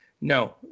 no